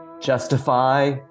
Justify